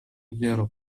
γέρο